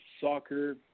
soccer